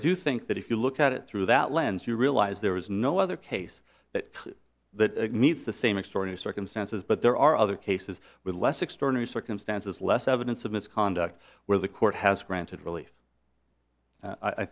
i do think that if you look at it through that lens you realize there is no other case that that meets the same extraordinary circumstances but there are other cases with less extraordinary circumstances less evidence of misconduct where the court has granted relief i